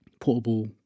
portable